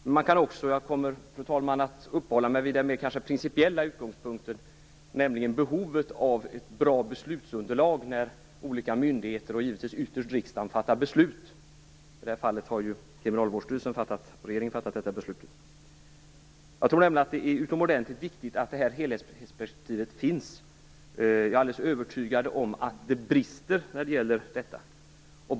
Men jag kommer att uppehålla mig vid den mer principiella utgångspunkten, nämligen behovet av ett bra beslutsunderlag när olika myndigheter och ytterst riksdagen fattar beslut. I det här fallet har ju Kriminalvårdsstyrelsen och regeringen fattat beslut. Jag tror att det är utomordentligt viktigt att helhetsperspektivet finns, och jag är övertygad om att det brister i det avseendet.